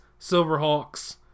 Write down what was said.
Silverhawks